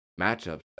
matchups